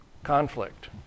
conflict